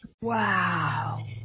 Wow